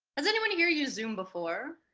has anyone here used zoom before?